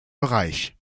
bereich